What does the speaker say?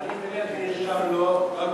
אני נרשמתי, אבל פשוט,